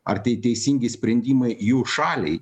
ar tai teisingi sprendimai jų šaliai